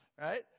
Right